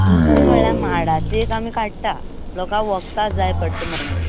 दुसरे म्हणल्यार माडाचे आमी एक काडटात लोकां वखदां जाय पडटा म्हणून